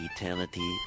eternity